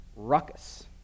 ruckus